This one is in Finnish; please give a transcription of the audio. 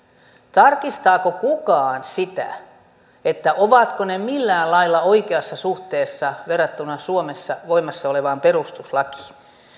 tarkistaako kukaan sitä ovatko ne millään lailla oikeassa suhteessa verrattuna suomessa voimassa olevaan perustuslakiin